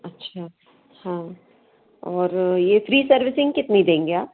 अच्छा हाँ और ये फ़्री सर्विसिंग कितनी देंगे आप